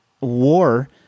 war